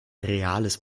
reales